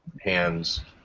hands